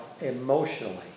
emotionally